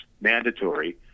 mandatory